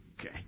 Okay